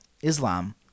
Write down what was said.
Islam